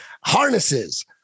harnesses